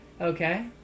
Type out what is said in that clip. Okay